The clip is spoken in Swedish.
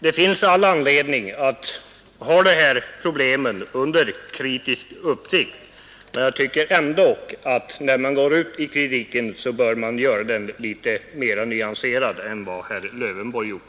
Det finns all anledning att ha de här problemen under kritisk uppsikt, men jag tycker ändå att kritiken bör göras litet mera nyanserad än vad herr Lövenborg gjort.